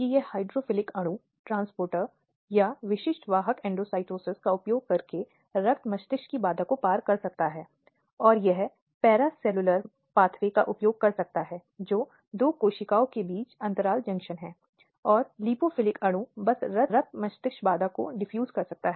इसी तरह कामुक टिप्पणियों का उपयोग करते हुए भद्दी टिप्पणियां करना आदि यह सब यौन उत्पीड़न के शब्द के अंतर्गत आएगा और यह अपराधी के लिए अलग अलग जेल की शर्तों को आकर्षित करता है